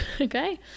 okay